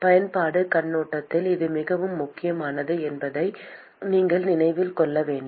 பயன்பாட்டுக் கண்ணோட்டத்தில் இது மிகவும் முக்கியமானது என்பதையும் நீங்கள் நினைவில் கொள்ள வேண்டும்